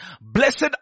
Blessed